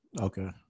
Okay